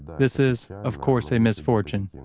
this is, of course, a misfortune,